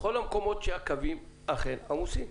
בכל המקומות שהקווים אכן עמוסים.